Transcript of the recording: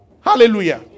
Hallelujah